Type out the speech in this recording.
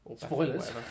Spoilers